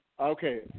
Okay